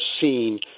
seen